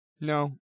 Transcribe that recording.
no